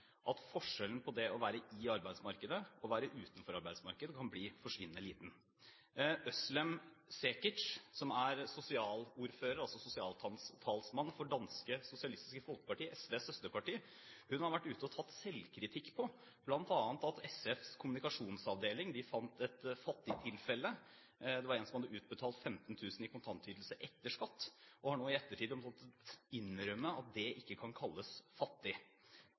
at forskjellen på det å være i arbeidsmarkedet og å være utenfor arbeidsmarkedet kan bli forsvinnende liten. Özlem Cekic, som er sosialpolitisk talskvinne for dansk Socialistisk Folkeparti – SVs søsterparti – har vært ute og tatt selvkritikk, bl.a. på at SFs kommunikasjonsavdeling fant et fattigtilfelle der det var utbetalt ca.15 000 i kontantytelse etter skatt, og har nå i ettertid måttet innrømme at det ikke kan kalles fattig.